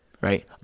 right